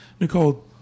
Nicole